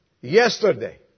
yesterday